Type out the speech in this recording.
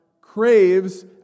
craves